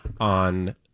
on